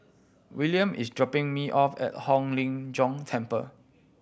Willam is dropping me off at Hong Lim Jiong Temple